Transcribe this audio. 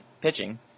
pitching